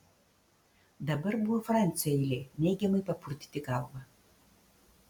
dabar buvo francio eilė neigiamai papurtyti galvą